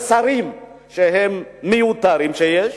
בשרים המיותרים שיש,